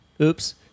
Oops